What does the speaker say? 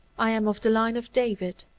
i am of the line of david.